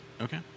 okay